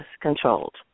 controlled